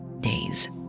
days